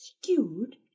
Skewed